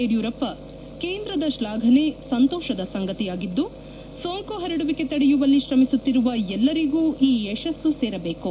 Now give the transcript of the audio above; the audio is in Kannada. ಯಡಿಯೂರಪ್ಪ ಕೇಂದ್ರದ ಶ್ಲಾಘನೆ ಸಂತೋಷದ ಸಂಗತಿಯಾಗಿದ್ದು ಸೋಂಕು ಪರಡುವಿಕೆ ತಡೆಯುವಲ್ಲಿ ಶ್ರಮಿಸುತ್ತಿರುವ ಎಲ್ಲರಿಗೂ ಈ ಯಶಸ್ಸು ಸೇರಬೇಕು